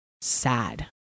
sad